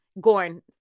Gorn